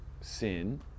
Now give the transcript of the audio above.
sin